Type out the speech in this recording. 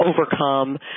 overcome